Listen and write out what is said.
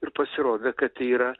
ir pasirodė kad tai yra